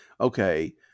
okay